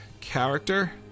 character